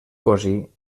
cosí